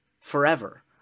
forever